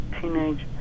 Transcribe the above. teenage